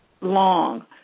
long